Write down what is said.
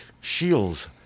Shields